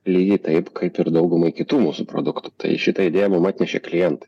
lygiai taip kaip ir daugumai kitų mūsų produktų tai šitą idėją mum atnešė klientai